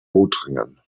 lothringen